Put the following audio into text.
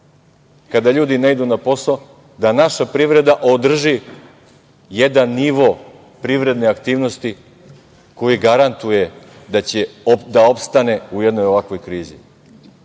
kada ljudi ne idu na posao, da naša privreda održi jedan nivo privredne aktivnosti koji garantuje da će da opstane u jednoj ovakvoj krizi. Da